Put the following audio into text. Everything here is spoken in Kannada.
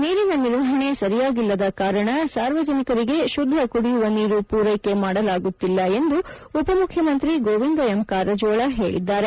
ನೀರಿನ ನಿರ್ವಹಣೆ ಸರಿಯಾಗಿಲ್ಲದ ಕಾರಣ ಸಾರ್ವಜನಿರಿಗೆ ಶುದ್ದ ಕುಡಿಯುವ ನೀರು ಪೂರ್ಟಕೆ ಮಾಡಲಾಗುತ್ತಿಲ್ಲ ಎಂದು ಉಪಮುಖ್ಯಮಂತ್ರಿ ಗೋವಿಂದ ಎಂ ಕಾರಜೋಳ ಹೇಳದ್ದಾರೆ